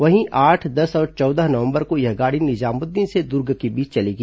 वहीं आठ दस और चौदह नवंबर को यह गाड़ी निजामुद्दीन से दुर्ग के बीच चलेगी